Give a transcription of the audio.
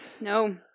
no